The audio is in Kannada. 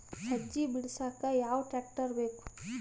ಸಜ್ಜಿ ಬಿಡಸಕ ಯಾವ್ ಟ್ರ್ಯಾಕ್ಟರ್ ಬೇಕು?